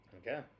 Okay